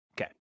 Okay